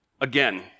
again